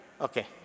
Okay